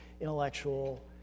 intellectual